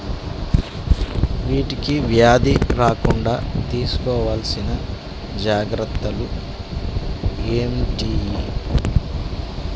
వీటికి వ్యాధి రాకుండా తీసుకోవాల్సిన జాగ్రత్తలు ఏంటియి?